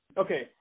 Okay